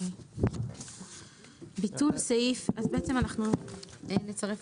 ביטול סעיף24.סעיף